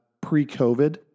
pre-COVID